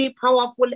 powerful